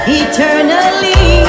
eternally